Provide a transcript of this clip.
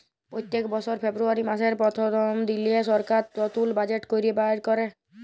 প্যত্তেক বসর ফেব্রুয়ারি মাসের পথ্থম দিলে সরকার লতুল বাজেট বাইর ক্যরে